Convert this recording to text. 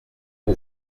aux